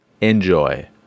Enjoy